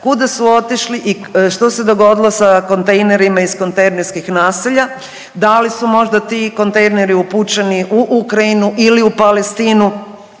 kuda su otišli i što se dogodilo sa kontejnerima iz kontejnerskih naselja? Da li su možda ti kontejneri upućeni u Ukrajinu ili u Palestinu